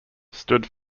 stood